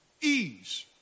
ease